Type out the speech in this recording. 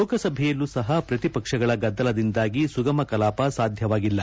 ಲೋಕಸಭೆಯಲ್ಲೂ ಸಹ ಪ್ರತಿಪಕ್ಷಗಳ ಗದ್ದಗದಿಂದಾಗಿ ಸುಗಮ ಕಲಾಪ ಸಾಧ್ಯವಾಗಿಲ್ಲ